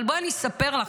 אבל בואי אני אספר לך,